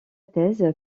thèse